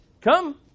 Come